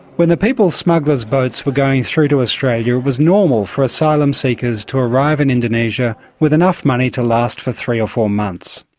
when the people smugglers' boats were going through to australia it was normal for asylum seekers to arrive in indonesia with enough money to last for three or four months.